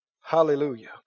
Hallelujah